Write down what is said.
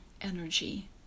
energy